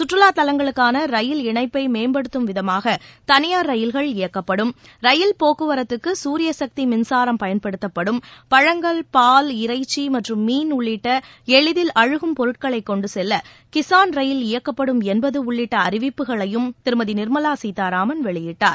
சுற்றுலாத் தலங்களுக்கான ரயில் இணைப்பை மேம்படுத்தும் விதமாக தனியார் ரயில்கள் இயக்கப்படும் ரயில் போக்குவரத்துக்கு ஞரியசக்தி மின்சாரம் பயன்படுத்தப்படும் பழங்கள் பால் இறைச்சி மற்றும் மீன் உள்ளிட்ட எளிதில் அழுகும் பொருட்களை கொன்டு செல்ல கிஸான் ரயில் இயக்கப்படும் என்பது உள்ளிட்ட அறிவிப்புகளையும் திருமதி நிர்மலா சீதாராமன் வெளியிட்டார்